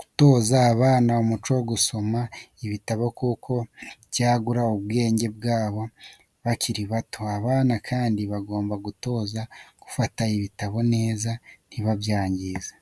gutoza abana umuco wo gusoma ibitabo kuko byagura ubwenge bwabo bakiri bato, abana kandi bagomba gutozwa gufata ibitabo neza ntibabyangize.